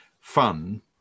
fun